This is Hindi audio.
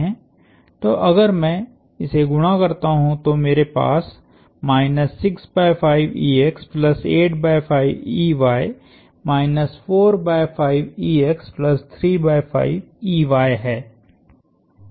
तो अगर मैं इसे गुणा करता हूं तो मेरे पास है